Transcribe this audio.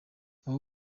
abo